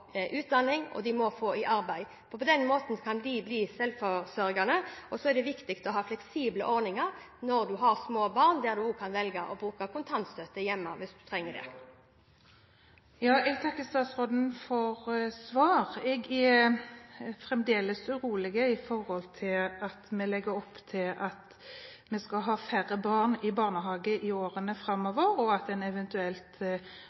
arbeid, for på den måten kan de bli selvforsørgende. Og det er viktig å ha fleksible ordninger når en har små barn, der en også kan velge å bruke kontantstøtte hjemme hvis en trenger det. Jeg takker statsråden for svar. Jeg er fremdeles urolig med tanke på at vi legger opp til at vi skal ha færre barn i barnehage i årene